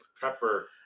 Pepper